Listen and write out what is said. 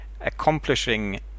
accomplishing